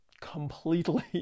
completely